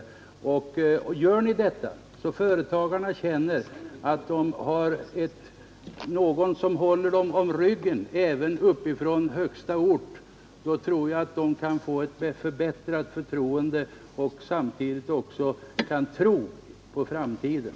Gör ni detta, så att företagarna känner att de har någon som håller dem om ryggen även uppifrån högsta ort, tror jag att de kan få ett förbättrat förtroende och samtidigt också kan tro på framtiden.